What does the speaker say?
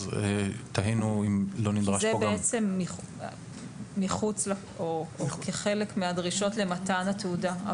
תהינו אם לא נדרש פה גם --- זה נמצא כחלק מהדרישות למתן התעודה.